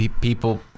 people